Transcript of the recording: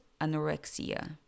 anorexia